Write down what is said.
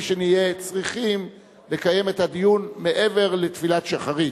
בלי שנהיה צריכים לקיים את הדיון מעבר לתפילת שחרית,